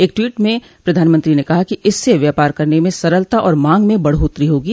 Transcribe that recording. एक ट्वीट मं प्रधानमंत्री ने कहा कि इससे व्यापार करने में सरलता और मांग में बढ़ोत्तरी होगी